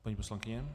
Paní poslankyně.